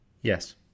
Yes